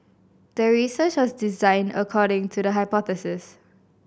the research was designed according to the hypothesis